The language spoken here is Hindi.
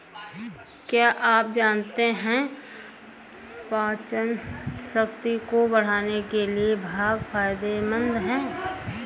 क्या आप जानते है पाचनशक्ति को बढ़ाने के लिए भांग फायदेमंद है?